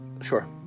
Sure